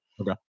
Okay